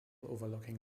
overlooking